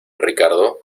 ricardo